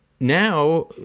Now